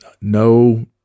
No